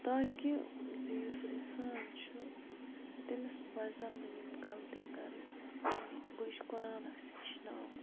تاکہِ زِ یُس اِنسان چھُ تٔمِس پَزَن نہٕ یِم غَلطی کَرٕنۍ کِہیٖنۍ گوٚو چھِ قۄران اَسہِ ہیٚچھناوان